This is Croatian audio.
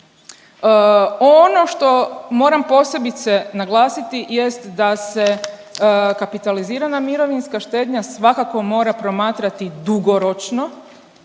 Ono što moram posebice naglasiti jest da se kapitalizirana mirovinska štednja svakako mora promatrati dugoročno